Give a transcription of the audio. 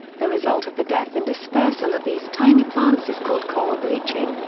the result of the death and dispersal of these tiny plants is called coral bleaching,